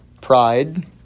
Pride